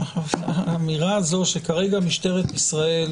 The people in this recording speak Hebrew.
האמירה הזאת, שכרגע משטרת ישראל,